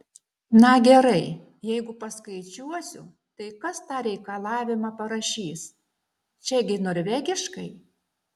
na gerai jeigu paskaičiuosiu tai kas tą reikalavimą parašys čia gi norvegiškai